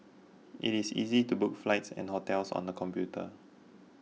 it is easy to book flights and hotels on the computer